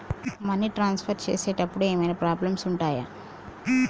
Money transfer చేసేటప్పుడు ఏమైనా problems ఉంటయా?